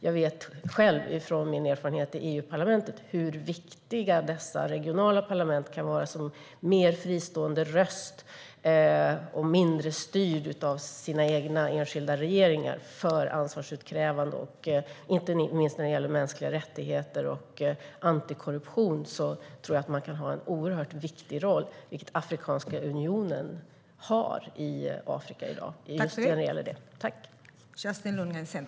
Jag vet själv, med min erfarenhet från EU-parlamentet, hur viktiga dessa regionala parlament kan vara som mer fristående röster och mindre styrda av sina egna enskilda regeringar för ansvarsutkrävande. Inte minst när det gäller mänskliga rättigheter och antikorruption tror jag att de kan ha en oerhört viktig roll, vilket Afrikanska unionen har i Afrika i dag just när det gäller det.